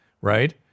right